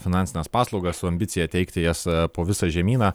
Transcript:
finansines paslaugas su ambicija teikti jas po visą žemyną